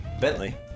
Bentley